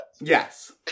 Yes